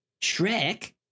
Shrek